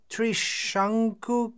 Trishanku